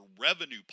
revenue